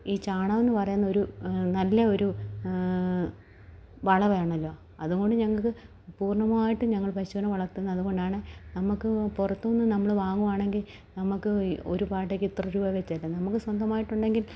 ഈ ചാണകം എന്ന് പറയുന്നത് ഒരു നല്ല ഒരു വളമാണല്ലോ അതുകൊണ്ട് ഞങ്ങൾക്ക് പൂർണമായിട്ടും നമ്മൾ പശുവിനെ വളർത്തുന്നത് അതുകൊണ്ടാണ് നമുക്ക് പുറത്തുനിന്ന് നമ്മൾ വാങ്ങുകയാണെങ്കിൽ നമുക്ക് ഒരു പാട്ടയ്ക്ക് ഇത്ര രൂപ വച്ചല്ലേ നമുക്ക് സ്വന്തമായിട്ട് ഉണ്ടെങ്കിൽ